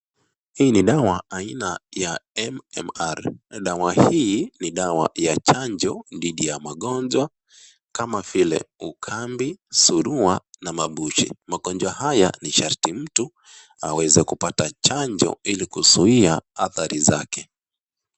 Hii ni dawa aina ya MMR .Dawa hii ni dawa ya chanjo dhidi ya magonjwa kama vile ukambi, surua na mabushi. Magonjwa haya ni sharti mtu aweze kupata chanjo, ili kuzuia athari zake.